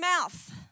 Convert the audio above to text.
mouth